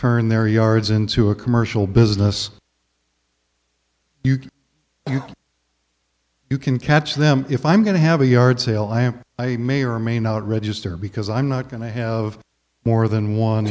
turn their yards into a commercial business you can catch them if i'm going to have a yard sale and i may or may not register because i'm not going to have more than one